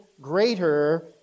greater